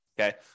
okay